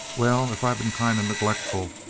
well, if i been kind of neglectful,